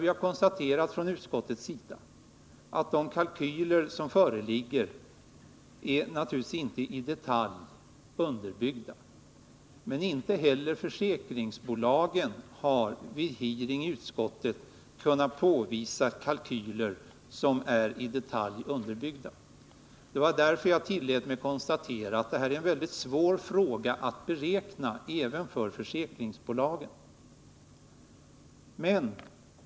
Vi har från utskottets sida konstaterat att de kalkyler som föreligger naturligtvis inte är i detalj underbyggda. Men inte heller försäkringsbolagen har vid hearings i utskottet kunnat påvisa att de har kalkyler som är i detalj underbyggda. Det var därför jag tillät mig konstatera att det är svårt även för försäkringsbolagen att beräkna kostnaderna.